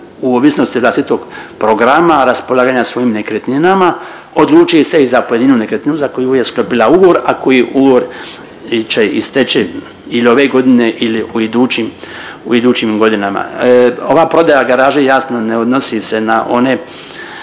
u ovisnosti vlastitog programa raspolaganja svojim nekretninama odluči se za pojedinu nekretninu za koju je sklopila ugovor, a koji ugovor će isteći ili ove godine ili u idućim godinama. Ova prodaja garaže jasno ne odnosi se na one